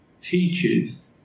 teaches